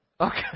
Okay